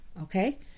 Okay